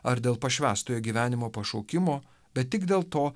ar dėl pašvęstojo gyvenimo pašaukimo bet tik dėl to